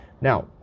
Now